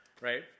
right